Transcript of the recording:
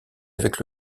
avec